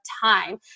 time